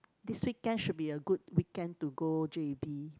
this weekend should be a good weekend to go j_b